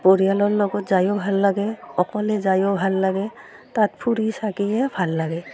পৰিয়ালৰ লগত যায়ো ভাল লাগে অকলে যায়ো ভাল লাগে তাত ফুৰি চাকিয়ে ভাল লাগে